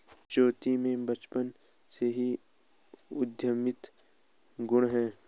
ज्योति में बचपन से ही उद्यमिता के गुण है